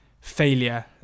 failure